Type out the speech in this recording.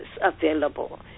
available